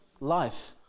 life